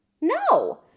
no